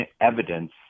evidence